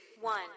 one